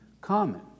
common